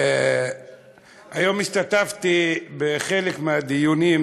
היום השתתפתי בחלק מהדיונים,